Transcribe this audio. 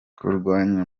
kurwanya